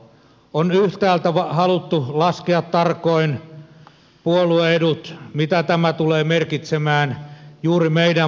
on yhtäältä haluttu laskea tarkoin puolue edut mitä tämä tulee merkitsemään juuri meidän puolueellemme